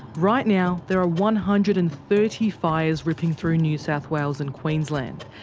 right now there are one hundred and thirty fires ripping through new south wales and queensland.